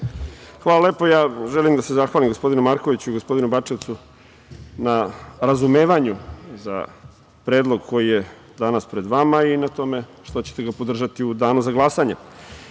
Hvala lepo. Želim da se zahvalim gospodinu Markoviću i gospodinu Bačevcu na razumevanju za predlog koji je danas pred vama i na tome što ćete ga podržati u danu za glasanje. Da